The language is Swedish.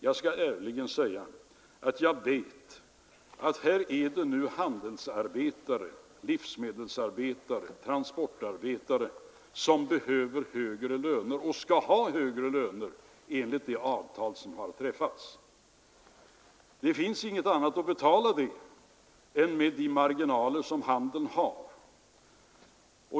Jag skall ärligen säga att jag vet att handelsarbetare, livsmedelsarbetare och transportarbetare nu behöver högre löner och skall ha högre löner enligt det avtal som har träffats. Det finns inget annat att betala detta med än de marginaler som handeln har.